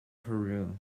peru